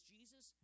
Jesus